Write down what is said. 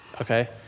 okay